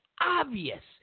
obvious